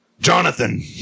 Jonathan